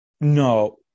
No